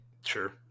Sure